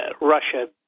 Russia